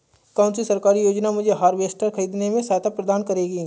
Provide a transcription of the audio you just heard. कौन सी सरकारी योजना मुझे हार्वेस्टर ख़रीदने में सहायता प्रदान करेगी?